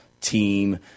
team